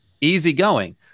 easygoing